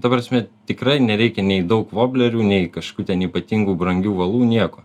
ta prasme tikrai nereikia nei daug voblerių nei kažkokių ten ypatingų brangių valų nieko